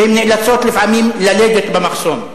והן נאלצות לפעמים ללדת במחסום.